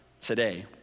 Today